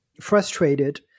frustrated